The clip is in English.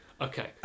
Okay